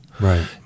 Right